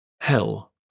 Hell